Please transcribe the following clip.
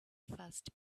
first